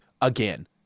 again